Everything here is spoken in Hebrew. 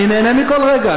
אני נהנה מכל רגע.